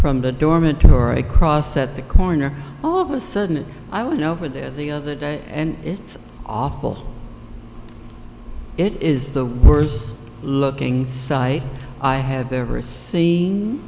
from the dormitory cross at the corner all of a sudden i would over there the other day and it's awful it is the worst looking site i have ever seen